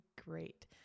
great